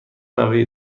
نوه